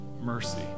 mercy